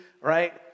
right